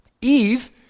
Eve